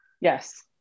Yes